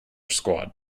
squad